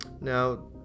Now